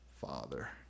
Father